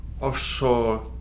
offshore